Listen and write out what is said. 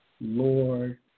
Lord